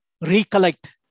Recollect